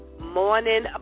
morning